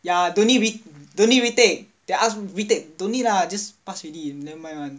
ya don't need re~ don't need retake they ask retake don't need lah just pass already nevermind [one]